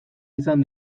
izan